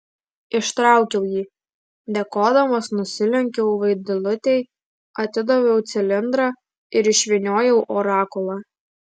ištraukiau jį dėkodamas nusilenkiau vaidilutei atidaviau cilindrą ir išvyniojau orakulą